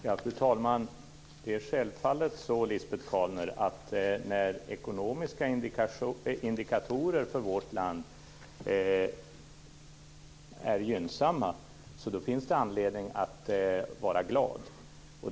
Fru talman! Det är självfallet så, Lisbet Calner, att när ekonomiska indikatorer för vårt land är gynnsamma finns det anledning att vara glad.